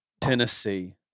Tennessee